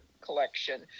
collection